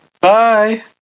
Bye